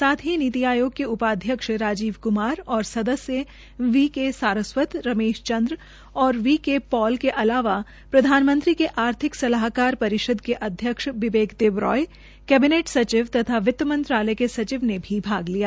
साथ ही नीति आयोग के उपाध्यक्ष राजीवन क्मार और सदस्य वी के सारस्वत रमेश चंद्र व वी के पॉल के अलावा प्रधानमंत्री के आर्थिक सलाहकार परिषद के अध्यक्ष विवेक देबराय केबिनेट सचिव तथा वित्त मंत्रालय के सचिव ने भी भाग लिया